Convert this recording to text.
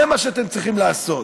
זה מה שאתם צריכים לעשות.